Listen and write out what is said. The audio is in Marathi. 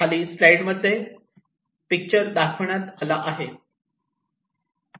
खाली स्लाईड मध्ये पिक्चर दाखवण्यात आले आहे